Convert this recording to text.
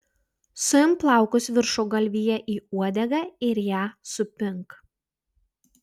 suimk plaukus viršugalvyje į uodegą ir ją supink